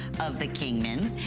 of the kingman,